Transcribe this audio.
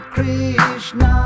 Krishna